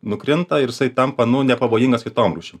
nukrinta ir jisai tampa nu nepavojingas kitom rūšim